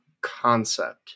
concept